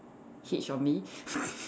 hitch on me